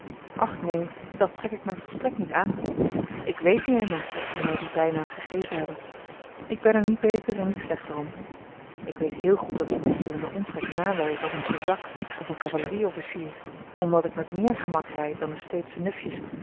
och neen dat trek ik mij volstrekt niet aan ik weet nu eenmaal dat ze mij dien bijnaam gegeven hebben ik ben er niet beter en niet slechter om ik weet heel goed dat ze mij hier in den omtrek nawijzen als een kozak of een cavalerie-officier omdat ik met meer gemak paard rijd dan de steedsche nufjes